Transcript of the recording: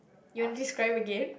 you want to describe again